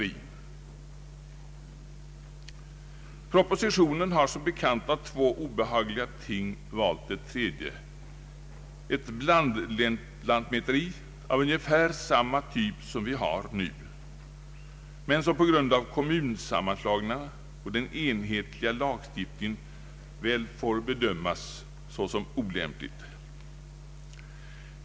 I propositionen har man som bekant av två obehagliga ting valt ett tredje, ett blandlantmäteri av ungefär samma typ som vi har nu men som på grund av kommunsammanslagningarna och den enhetliga lagstiftningen väl får bedömas såsom olämpligt.